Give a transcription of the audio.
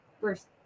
first